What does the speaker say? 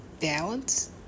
balance